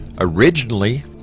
originally